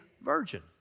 virgin